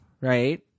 right